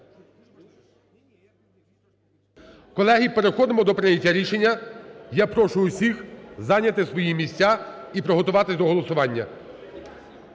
Колеги, переходимо до прийняття рішення. Я прошу усіх зайняти свої місця і приготуватись до голосування.